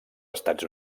estats